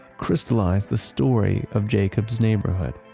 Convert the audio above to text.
crystallized the story of jacobs's neighborhood.